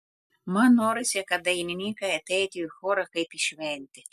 man norisi kad dainininkai ateitų į chorą kaip į šventę